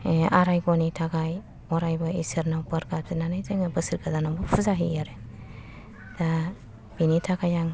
आरायगौनि थाखाय अरायबो इसोरनाव बोर गार बिनानै जोङो बोसोर गोदानाव फुजा होयो आरो दा बेनि थाखाय आं